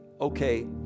Okay